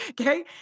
Okay